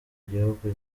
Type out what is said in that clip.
igihugu